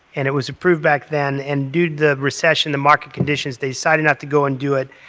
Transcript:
and it was approved back then. and due to the recession, the market conditions, they decided not to go and do it.